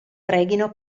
preghino